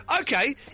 okay